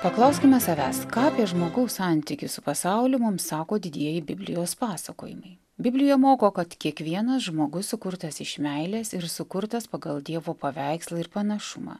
paklauskime savęs ką apie žmogaus santykį su pasauliu mums sako didieji biblijos pasakojimai biblija moko kad kiekvienas žmogus sukurtas iš meilės ir sukurtas pagal dievo paveikslą ir panašumą